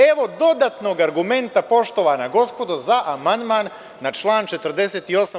Evo dodatnog argumenta, poštovana gospodo, za amandman na član 48.